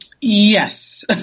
Yes